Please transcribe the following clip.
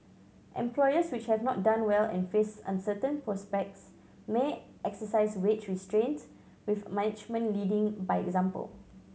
employers which have not done well and face uncertain prospects may exercise wage restraint with management leading by example